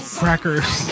crackers